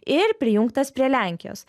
ir prijungtas prie lenkijos